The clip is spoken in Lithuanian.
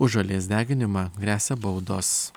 už žolės deginimą gresia baudos